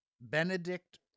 Benedict